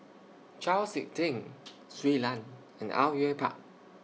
Chau Sik Ting Shui Lan and Au Yue Pak